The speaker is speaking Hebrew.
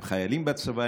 הם חיילים בצבא,